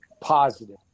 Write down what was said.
positive